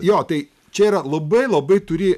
jo tai čia yra labai labai turi